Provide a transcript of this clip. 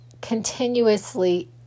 continuously